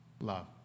love